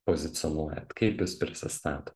pozicionuojant kaip jūs prisistato